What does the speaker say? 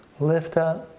lift up.